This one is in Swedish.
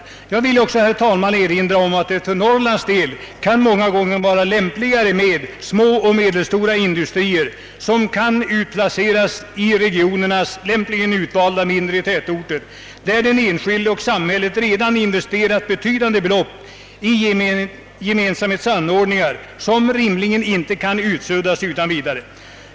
Jag vill också, herr talman, erinra om att det för Norrlands del många gånger kan vara lämpligare med små och medelstora industrier, som kan utplaceras på lämpligt utvalda mindre tätorter, där den enskilde och samhället redan investerat betydande belopp i gemensamhetsanordningar, som rimligen inte kan utsuddas utan vidare.